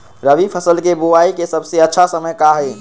रबी फसल के बुआई के सबसे अच्छा समय का हई?